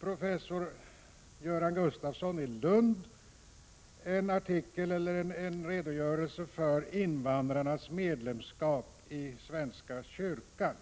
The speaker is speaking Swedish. professor Göran Gustafsson i Lund en redogörelse för invandrarnas medlemskap i svenska kyrkan.